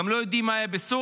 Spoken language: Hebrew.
גם לא יודעים מה יהיה בסוריה,